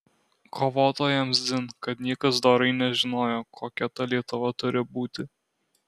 kovotojams dzin kad niekas dorai nežinojo kokia ta lietuva turi būti